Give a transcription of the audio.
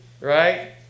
right